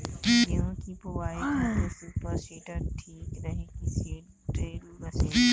गेहूँ की बोआई खातिर सुपर सीडर ठीक रही की सीड ड्रिल मशीन?